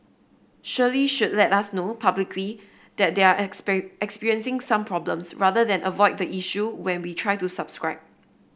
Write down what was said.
surely should let us know publicly that they're experiencing some problems rather than avoid the issue when we try to subscribe